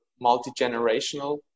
multi-generational